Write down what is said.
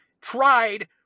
tried